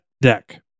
deck